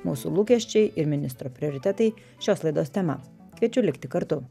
mūsų lūkesčiai ir ministro prioritetai šios laidos tema kviečiu likti kartu